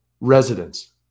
residents